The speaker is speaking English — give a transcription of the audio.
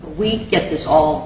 we get this all